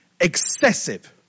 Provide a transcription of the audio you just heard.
excessive